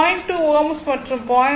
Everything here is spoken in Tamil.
2 Ω மற்றும் 0